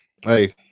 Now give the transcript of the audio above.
Hey